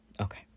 Okay